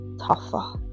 tougher